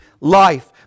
life